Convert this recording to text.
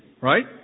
right